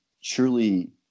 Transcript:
surely